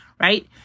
right